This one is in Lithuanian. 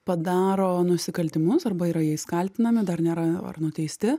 padaro nusikaltimus arba yra jais kaltinami dar nėra ar nuteisti